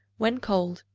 when cold,